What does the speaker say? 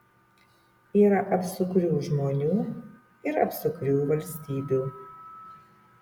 yra apsukrių žmonių ir apsukrių valstybių